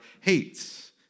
hates